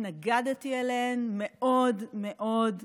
התנגדתי אליהן מאוד מאוד מאוד,